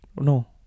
no